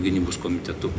gynybos komitetu